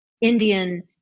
Indian